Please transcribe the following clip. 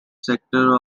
sector